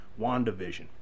WandaVision